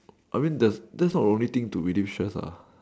I mean thats thats the only thing to reduce stress lah